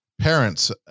parents